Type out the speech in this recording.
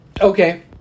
Okay